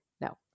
no